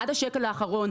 עד השקל האחרון,